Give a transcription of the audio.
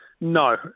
No